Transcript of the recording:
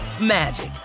magic